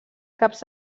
caps